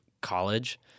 college